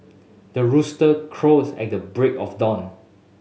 the rooster crows at the break of dawn